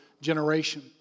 generation